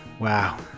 Wow